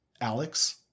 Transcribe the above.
Alex